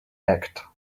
act